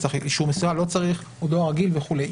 צריך אישור מסירה או לא צריך או דואר רגיל וכולי.